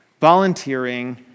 volunteering